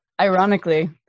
Ironically